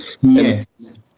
Yes